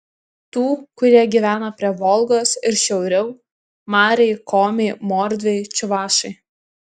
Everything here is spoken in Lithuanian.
tų kurie gyvena prie volgos ir šiauriau mariai komiai mordviai čiuvašai